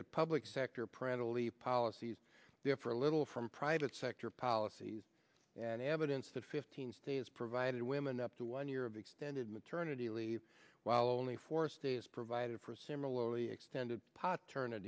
the public sector prettily policies differ a little from private sector policies and evidence that fifteen states provide women up to one year of extended maternity leave while only four stay is provided for similarly extended pa turn